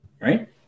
right